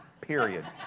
period